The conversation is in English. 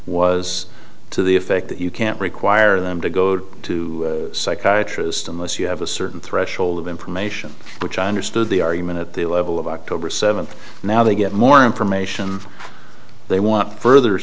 was to the effect that you can't require them to go to psychiatrist unless you have a certain threshold of information which i understood the argument at the level of october seventh now they get more information they want